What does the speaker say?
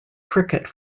cricket